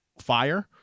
fire